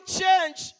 change